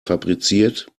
fabriziert